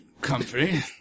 comfy